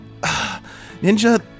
Ninja